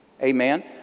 Amen